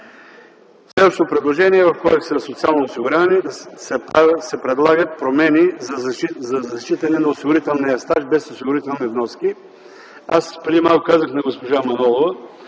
Следващо предложение. В Кодекса за социално осигуряване се предлагат промени за зачитане на осигурителния стаж без осигурителни вноски. Преди малко казах на госпожа Манолова,